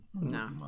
no